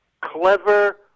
clever